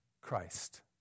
Christ